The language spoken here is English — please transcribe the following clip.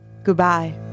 Goodbye